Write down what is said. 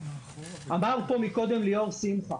אמר פה קודם ליאור שמחה